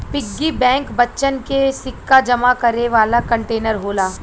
piggy bank बच्चन के सिक्का जमा करे वाला कंटेनर होला